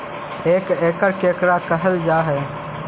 एक एकड़ केकरा कहल जा हइ?